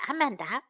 Amanda